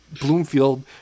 Bloomfield